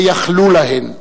ויכלו להן.